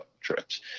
trips